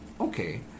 Okay